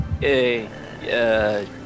Hey